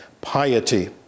piety